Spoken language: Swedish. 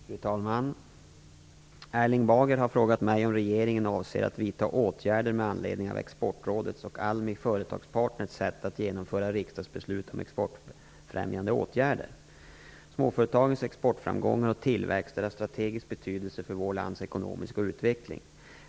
Fru talman! Erling Bager har frågat mig om regeringen avser att vidta åtgärder med anledning av Exportrådets och ALMI Företagspartners sätt att genomföra riksdagsbeslutet om exportfrämjande åtgärder. Småföretagens exportframgångar och tillväxt är av strategisk betydelse för vårt lands ekonomiska utveckling.